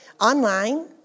online